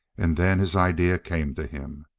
and then his idea came to him.